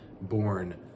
born